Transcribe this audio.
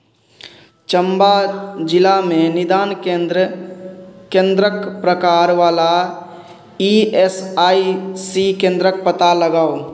चम्बा जिलामे निदान केन्द्र केन्द्रके प्रकारवला ई एस आइ सी केन्द्रके पता लगाउ